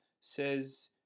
says